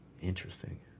Interesting